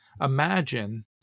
imagine